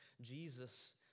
Jesus